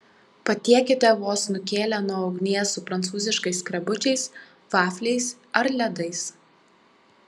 patiekite vos nukėlę nuo ugnies su prancūziškais skrebučiais vafliais ar ledais